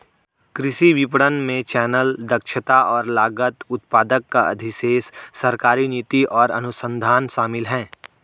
कृषि विपणन में चैनल, दक्षता और लागत, उत्पादक का अधिशेष, सरकारी नीति और अनुसंधान शामिल हैं